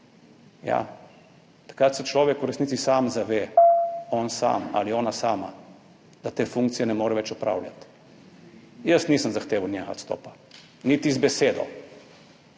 takrat se človek v resnici sam zave, on sam ali ona sama, te funkcije ne more več opravljati. Jaz nisem zahteval njega odstopa niti z besedo.